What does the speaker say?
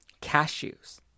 Cashews